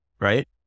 right